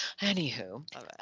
anywho